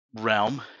realm